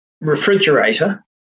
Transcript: refrigerator